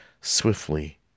Swiftly